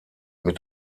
mit